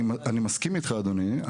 אני מסכים איתך אדוני,